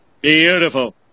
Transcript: Beautiful